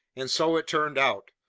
and so it turned out.